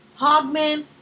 Hogman